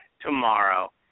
tomorrow